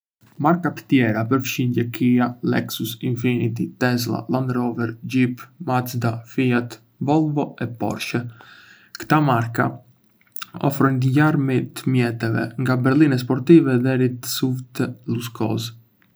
Marka të tjera përfshijndë Kia, Lexus, Infiniti, Tesla, Land Rover, Jeep, Mazda, Fiat, Volvo, e Porsche. Ktò marka ofrojndë një larmi të mjeteve, nga berline sportive deri te SUV-të luksoze.